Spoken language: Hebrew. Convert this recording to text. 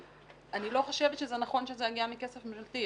אני לא חושבת שזה נכון שזה יגיע מכסף ממשלתי.